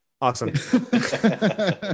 Awesome